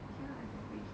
ya exactly